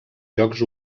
jocs